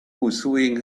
pursuing